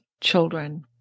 children